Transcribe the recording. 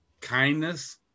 kindness